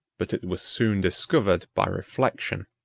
but it was soon discovered by reflection,